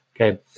Okay